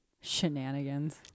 Shenanigans